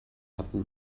hatten